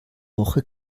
woche